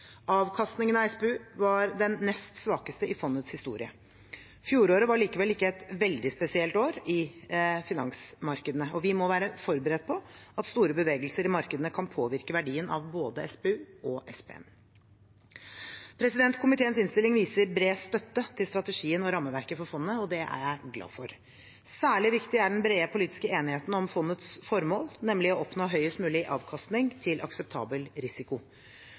Avkastningen av SPU var den nest svakeste i fondets historie. Fjoråret var likevel ikke et veldig spesielt år i finansmarkedene. Vi må være forberedt på at store bevegelser i markedene kan påvirke verdien av både SPU og SPN. Komiteens innstilling viser bred støtte til strategien og rammeverket for fondet. Det er jeg glad for. Særlig viktig er den brede politiske enigheten om fondets formål, nemlig å oppnå høyest mulig avkastning til akseptabel risiko.